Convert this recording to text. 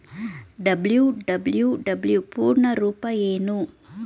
WWW ಪೂರ್ಣ ರೂಪ ಏನು?